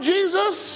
Jesus